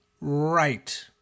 right